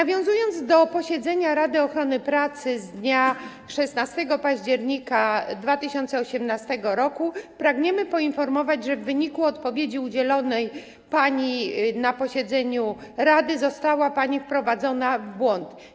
Nawiązując do posiedzenia Rady Ochrony Pracy z dnia 16 października 2018 r., pragniemy poinformować, że w wyniku odpowiedzi udzielonej pani na posiedzeniu rady została pani wprowadzona w błąd.